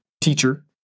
teacher